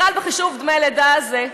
בכלל, בחישוב דמי הלידה, זה,